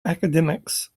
academics